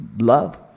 love